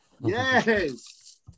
yes